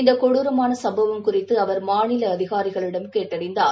இந்த கொடுரமான சம்பவம் குறித்து அவர் மாநில அதிகாரிகளிடம் கேட்டறிந்தார்